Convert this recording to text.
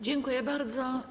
Dziękuję bardzo.